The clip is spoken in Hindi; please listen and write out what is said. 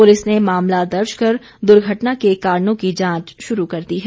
पुलिस ने मामला दर्ज कर दुर्घटना के कारणों की जांच शुरू कर दी है